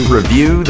Review